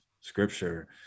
scripture